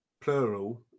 plural